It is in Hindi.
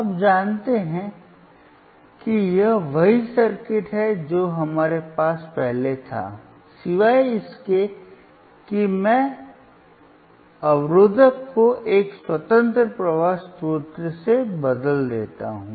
आप जानते हैं कि यह वही सर्किट है जो हमारे पास पहले था सिवाय इसके कि मैं रोकनेवाला को एक स्वतंत्र प्रवाह स्रोत से बदल देता हूं